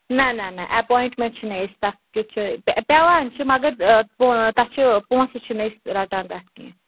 نہ نہ نہ اپۄیِنٛٹمنٛٹ چھِ نہٕ أسۍ تَتھ کیُتھ چھِ پیٚوان چھِ مگر تَتھ چھِ پونٛسہٕ چھِ نہٕ أسۍ رَٹان تَتھ کیٚنٛہہ